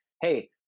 hey